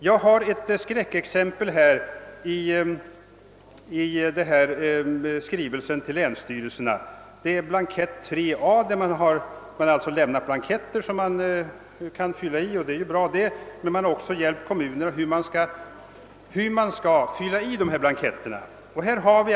Jag har här ett skräckexempel i skrivelsen till länsstyrelserna. Där finns en blankett, betecknad 3 a. Vid skrivelsen är alltså fogade blanketter som man kan fylla i, vilket ju är bra. Man har också gett kommunerna anvisningar hur dessa blanketter skall fyllas i.